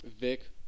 Vic